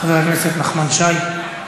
חבר הכנסת נחמן שי,